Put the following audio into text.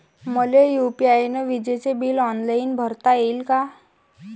मले यू.पी.आय न विजेचे बिल ऑनलाईन भरता येईन का?